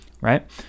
right